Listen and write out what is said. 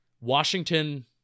Washington